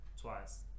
twice